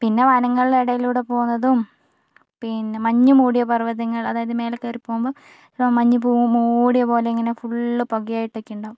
പിന്നെ വനങ്ങളുടെ ഇടയിലൂടെ പോകുന്നതും പിന്നെ മഞ്ഞു മൂടിയ പർവ്വതങ്ങൾ അതായത് മേലെക്കയറിപ്പോകുമ്പം അധവാ മഞ്ഞു പൂ മൂടിയപോലെ ഇങ്ങനെ ഫുള്ള് പുകയായിട്ടൊക്കെ ഉണ്ടാവും